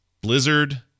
Blizzard